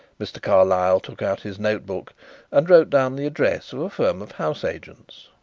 mr. carlyle took out his notebook and wrote down the address of a firm of house agents.